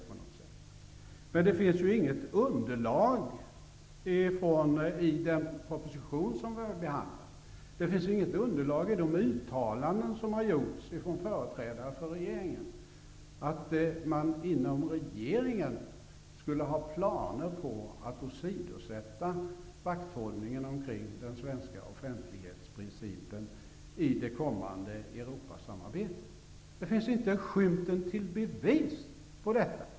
Men det finns inget underlag för det i den proposition vi har behandlat. Det har inte heller gjorts några uttalanden av företrädare för regeringen som tyder på att man inom regeringen skulle ha planer på att åsidosätta vakthållningen omkring den svenska offentlighetsprincipen i det kommande Europasamarbetet. Det finns inte skymten av bevis om detta.